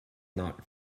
not